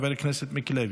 חבר הכנסת מיקי לוי,